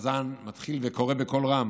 החזן מתחיל וקורא בקול רם: